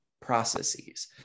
processes